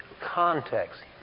context